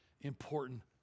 important